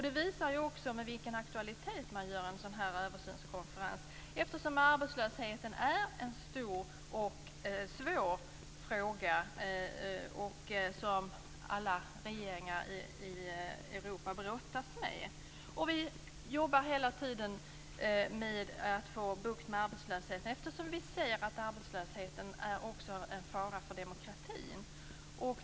Det visar också med vilken aktualitet man gör en sådan här översynskonferens eftersom arbetslösheten är en stor och svår fråga som alla regeringar i Europa brottas med. Vi jobbar hela tiden med att få bukt med arbetslösheten eftersom vi ser att arbetslösheten även är en fara för demokratin.